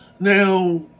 now